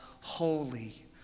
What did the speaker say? holy